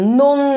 non